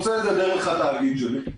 עושה את זה דרך התאגיד שלי.